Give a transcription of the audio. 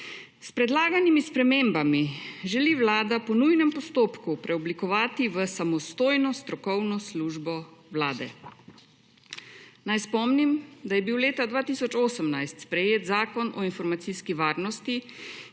S predlaganimi spremembami želi Vlada po nujnem postopku preoblikovati v samostojno strokovno službo Vlade. Naj spomnim, da je bil leta 2018 sprejet Zakon o informacijski varnosti,